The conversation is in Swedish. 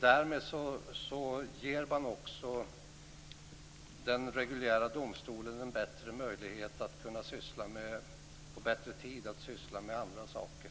Därmed ger man också den reguljära domstolen bättre tid att syssla med andra saker.